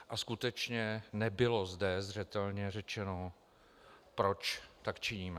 A skutečně nebylo zde zřetelně řečeno, proč tak činíme.